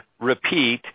repeat